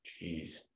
Jeez